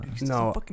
No